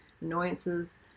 annoyances